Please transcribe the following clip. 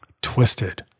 Twisted